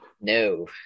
No